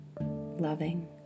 loving